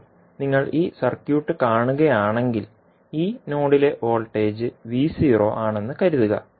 ഇപ്പോൾ നിങ്ങൾ ഈ സർക്യൂട്ട് കാണുകയാണെങ്കിൽ ഈ നോഡിലെ വോൾട്ടേജ് ആണെന്ന് കരുതുക